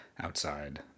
outside